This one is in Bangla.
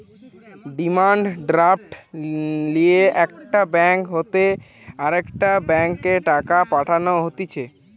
ডিমান্ড ড্রাফট লিয়ে একটা ব্যাঙ্ক হইতে আরেকটা ব্যাংকে টাকা পাঠানো হতিছে